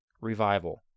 revival